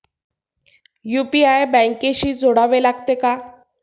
UPI बँकेशी जोडावे लागते का?